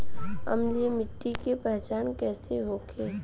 अम्लीय मिट्टी के पहचान कइसे होखे?